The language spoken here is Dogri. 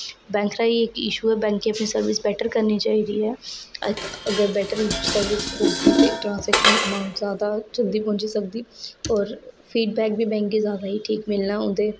बैंक दा एह् ऐ कि इश्यू ऐ कि बैंक च सर्विस बेटर करनी चाहिदी ऐ अगर बेटर इश्यू सर्विस होगी ते तां ट्रांसजेक्शन मंग्ग जादा जल्दी पहुंची सकदी होर फीडबैक बी बैंके ई जादा ठीक मिलना उं'दे